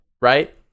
right